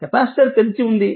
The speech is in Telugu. కెపాసిటర్ తెరిచి ఉంది